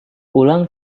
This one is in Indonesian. ulang